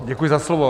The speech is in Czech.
Děkuji za slovo.